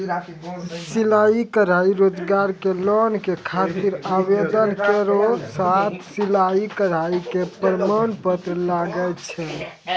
सिलाई कढ़ाई रोजगार के लोन के खातिर आवेदन केरो साथ सिलाई कढ़ाई के प्रमाण पत्र लागै छै?